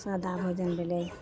सादा भोजन भेलै